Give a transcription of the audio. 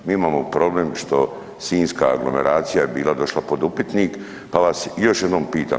Mi imamo problem što sinjska aglomeracija je bila došla pod upitnik, pa vas još jednom pitam.